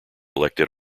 elected